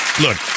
Look